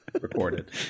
Recorded